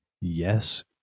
yes